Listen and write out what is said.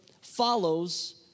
follows